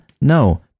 No